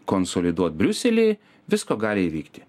konsoliduot briusely visko gali įvykti